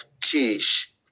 Kish